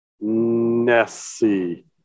nessie